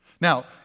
Now